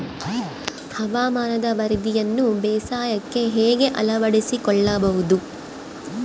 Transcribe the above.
ಹವಾಮಾನದ ವರದಿಯನ್ನು ಬೇಸಾಯಕ್ಕೆ ಹೇಗೆ ಅಳವಡಿಸಿಕೊಳ್ಳಬಹುದು?